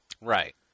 Right